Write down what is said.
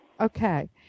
Okay